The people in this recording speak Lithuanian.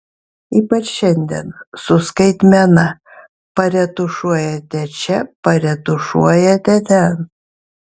ypač šiandien su skaitmena paretušuojate čia paretušuojate ten